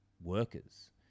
workers